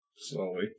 Slowly